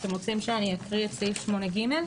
אתם רוצים שאקריא את סעיף 8ג?